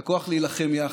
את הכוח להילחם יחד.